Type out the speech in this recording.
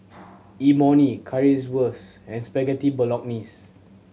Imoni Currywurst and Spaghetti Bolognese